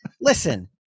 listen